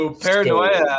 Paranoia